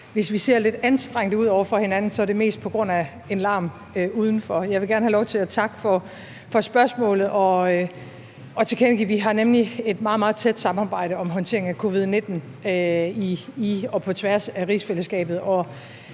hvis vi ser lidt anstrengte ud over for hinanden, så er det mest på grund af en larm udenfor. Jeg vil gerne have lov til at takke for spørgsmålet og tilkendegive, at vi nemlig har et meget, meget tæt samarbejde om håndteringen af covid-19 i og på tværs af rigsfællesskabet,